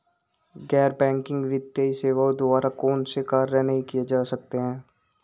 गैर बैंकिंग वित्तीय सेवाओं द्वारा कौनसे कार्य नहीं किए जा सकते हैं?